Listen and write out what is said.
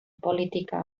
politika